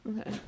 Okay